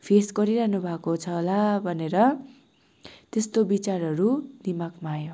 face गरिरहनु भएको छ होला भनेर त्यस्तो विचारहरू दिमागमा आयो